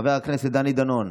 חבר הכנסת דני דנון.